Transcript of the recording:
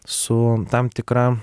su tam tikra